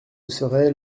serait